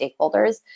stakeholders